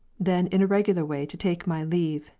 then in a regular way to take my leave,